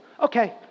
Okay